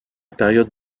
période